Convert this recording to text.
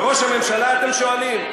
וראש הממשלה, אתם שואלים?